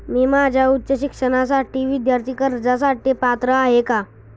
मी माझ्या उच्च शिक्षणासाठी विद्यार्थी कर्जासाठी पात्र आहे का?